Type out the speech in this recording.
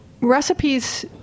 recipes